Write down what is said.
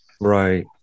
Right